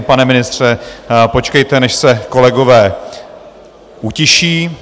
Pane ministře, počkejte, než se kolegové utiší.